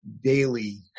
daily